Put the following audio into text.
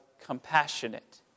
compassionate